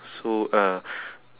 so uh